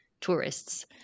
tourists